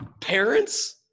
Parents